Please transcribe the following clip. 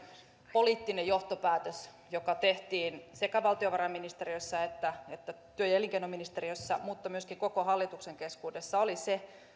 poliittinen johtopäätös joka tehtiin sekä valtiovarainministeriössä että että työ ja elinkeinoministeriössä mutta myöskin koko hallituksen keskuudessa oli se